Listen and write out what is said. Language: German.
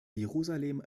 jerusalem